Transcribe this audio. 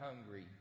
hungry